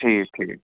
ٹھیٖک ٹھیٖک